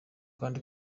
kandi